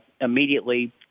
immediately